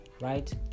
right